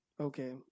Okay